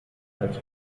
als